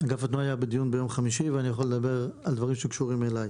אגף התנועה היה בדיון ביום חמישי ואני יכול לדבר על דברים שקשורים אליי.